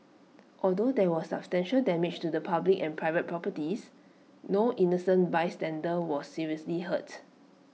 although there was substantial damage to the public and private properties no innocent bystander was seriously hurt